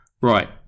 right